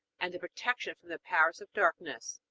and protection from the powers of darkness.